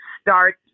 start